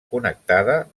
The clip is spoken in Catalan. connectada